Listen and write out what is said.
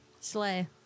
Slay